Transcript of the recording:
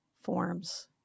forms